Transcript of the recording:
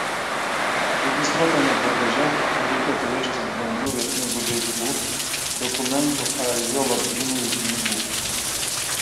registruotame bagaže nereikėtų vežtis brangių vertingų daiktų dokumentų ar juolab grynųjų pinigų